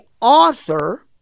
author